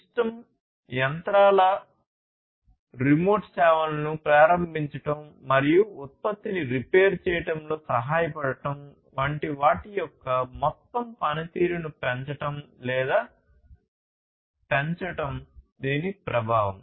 system యంత్రాలు remote సేవలను ప్రారంభించడం మరియు ఉత్పత్తిని రిపేర్ చేయడంలో సహాయపడటం వంటి వాటి యొక్క మొత్తం పనితీరును పెంచడం లేదా పెంచడం దీని ప్రభావం